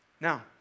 Now